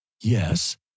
Yes